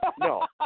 No